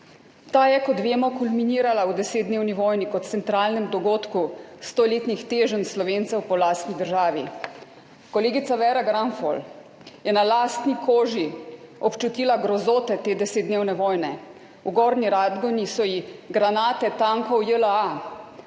Ta je, kot vemo, kulminirala v 10-dnevni vojni kot centralnem dogodku stoletnih teženj Slovencev po lastni državi. Kolegica Vera Granfol je na lastni koži občutila grozote te 10-dnevne vojne. V Gornji Radgoni so ji granate tankov JLA